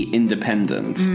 independent